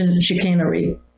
chicanery